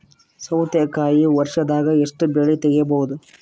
ಸೌತಿಕಾಯಿ ವರ್ಷದಾಗ್ ಎಷ್ಟ್ ಬೆಳೆ ತೆಗೆಯಬಹುದು?